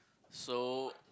so